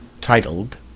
titled